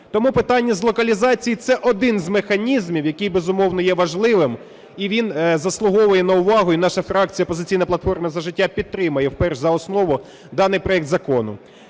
Тому питання з локалізації – це один з механізмів, який, безумовно, є важливим, і він заслуговує на увагу. І наша фракція "Опозиційна платформа - За життя" підтримає перш за основу даний проект Закону.